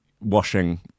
washing